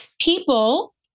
People